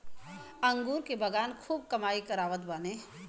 अंगूर के बगान खूब कमाई करावत बाने